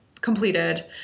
completed